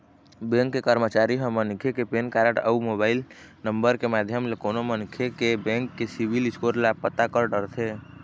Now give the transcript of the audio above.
bank के करमचारी ह मनखे के पेन कारड अउ मोबाईल नंबर के माध्यम ले कोनो मनखे के बेंक के सिविल स्कोर ल पता कर डरथे